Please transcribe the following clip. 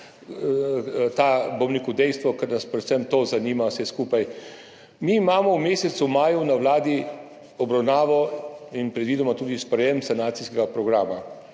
to dejstvo, ker nas predvsem to zanima vse skupaj. Mi imamo v mesecu maju na Vladi obravnavo in predvidoma tudi sprejetje sanacijskega programa.